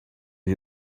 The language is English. you